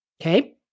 Okay